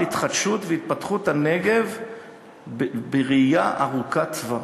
התחדשות והתפתחות הנגב בראייה ארוכת טווח.